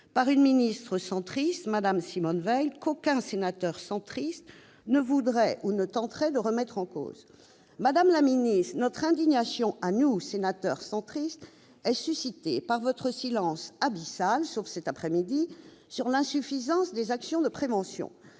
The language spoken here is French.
Mais votée grâce à la gauche !... qu'aucun sénateur centriste ne voudrait ou ne tenterait de remettre en cause. Madame la ministre, notre indignation à nous, sénateurs centristes, est suscitée par votre silence abyssal, sauf cet après-midi, sur l'insuffisance des actions de prévention.